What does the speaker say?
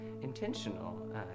intentional